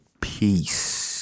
Peace